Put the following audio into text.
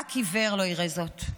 רק עיוור לא יראה זאת.